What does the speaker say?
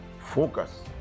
focus